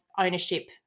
ownership